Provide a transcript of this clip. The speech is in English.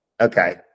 Okay